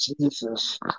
Jesus